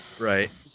Right